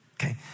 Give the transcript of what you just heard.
Okay